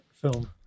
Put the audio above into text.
film